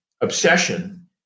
obsession